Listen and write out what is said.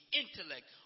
intellect